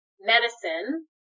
medicine